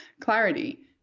clarity